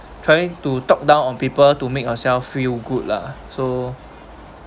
trying to talk down on people to make yourselves feel good lah so